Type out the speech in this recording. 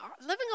living